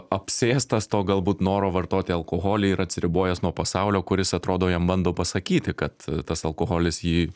apsėstas to galbūt noro vartoti alkoholį ir atsiribojęs nuo pasaulio kuris atrodo jam bando pasakyti kad tas alkoholis jį